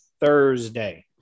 thursday